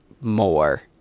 more